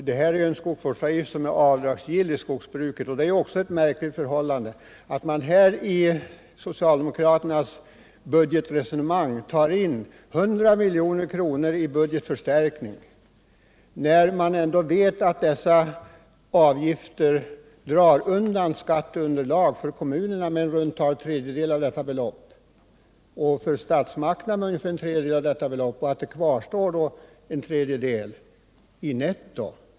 Här är det fråga om en skogsvårdsavgift som är avdragsgill i skogsbruket, och det är ju ett märkligt förhållande att man i socialdemokraternas budgetresonemang tar in 100 milj.kr. i budgetförstärkning, när man ändå vet att dessa avgifter drar undan skatteunderlag för kommunerna med i runt tal en tredjedel av detta belopp och för statsmakterna med likaledes ungefär en tredjedel. Då återstår det ju bara en tredjedel i netto.